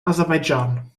aserbaidschan